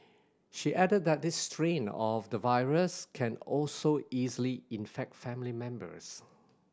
she added that this strain of the virus can also easily infect family members